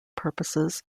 purposes